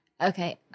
Okay